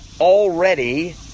already